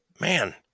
Man